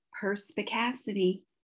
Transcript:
perspicacity